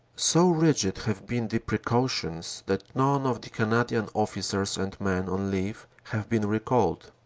so rigid have been the precautions that none of the canadian officers and men on leave have been recalled.